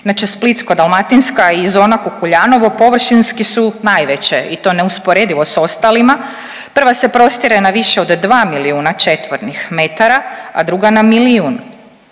Inače Splitsko-dalmatinska i zona Kukuljanovo površinski su najveće i to neusporedivo s ostalima. Prva se prostire na više od 2 miliona četvornih metara, a druga na milijun.